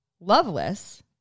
Loveless